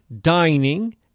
dining